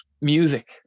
music